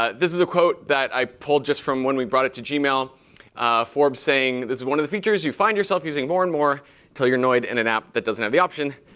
ah this is a quote that i pulled just from when we brought it to gmail. forbes saying, this is one of the features you find yourself using more and more until you're annoyed in an app that doesn't have the option.